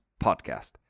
Podcast